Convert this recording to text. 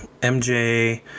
MJ